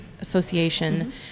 Association